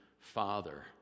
father